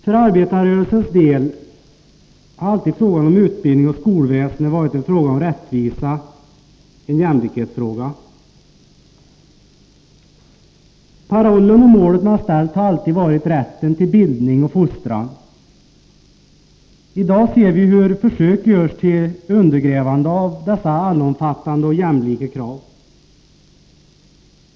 För arbetarrörelsens del har frågan om utbildning och skolväsende alltid varit en fråga om rättvisa — en jämlikhetsfråga. Parollen för målet man ställt upp har alltid varit rätten till bildning och fostran. I dag ser vi hur försök görs till undergrävande av dessa allomfattande och jämlika krav.